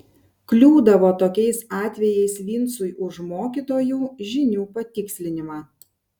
kliūdavo tokiais atvejais vincui už mokytojų žinių patikslinimą